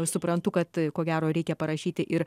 suprantu kad ko gero reikia parašyti ir